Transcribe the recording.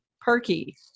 perky